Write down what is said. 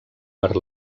per